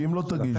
כי אם לא תגישו,